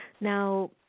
Now